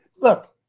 look